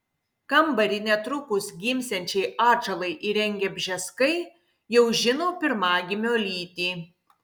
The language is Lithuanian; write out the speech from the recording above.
kambarį netrukus gimsiančiai atžalai įrengę bžeskai jau žino pirmagimio lytį